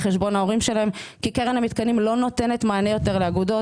חשבון ההורים שלהם כי קרן המתקנים לא נותנת יותר מענה לאגודות.